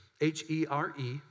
H-E-R-E